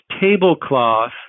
tablecloth